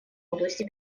области